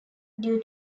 due